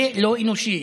זה לא אנושי.